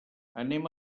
anem